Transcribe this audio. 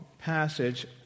passage